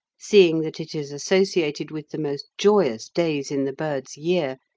seeing that it is associated with the most joyous days in the bird's year,